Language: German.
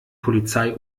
polizei